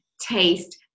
taste